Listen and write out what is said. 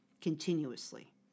continuously